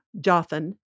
Jothan